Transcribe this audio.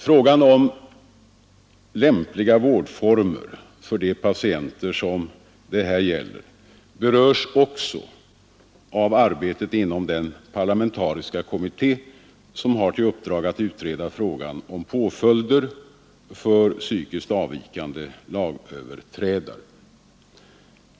Frågan om lämpliga vårdformer för de patienter som det här gäller berörs också av arbetet inom den parlamentariska kommitté som har i uppdrag att utreda frågan om påföljder för psykiskt avvikande lagöverträdare.